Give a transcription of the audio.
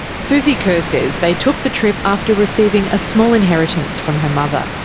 suzi kerr says they took the trip after receiving a small inheritance from her mother,